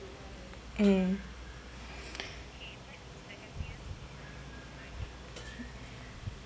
mm